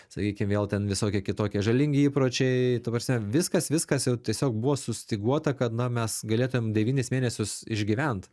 sakykim vėl ten visokie kitokie žalingi įpročiai ta prasme viskas viskas jau tiesiog buvo sustyguota kad na mes galėtumėm devynis mėnesius išgyvent